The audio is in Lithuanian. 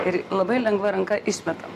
ir labai lengva ranka išmetam